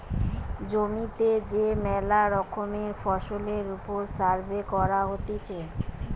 জমিতে যে মেলা রকমের ফসলের ওপর সার্ভে করা হতিছে